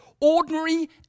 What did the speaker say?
Ordinary